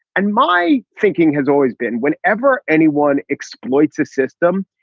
and my thinking has always been whenever anyone exploits a system,